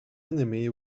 enemy